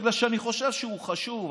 בגלל שאני חושב שהוא חשוב,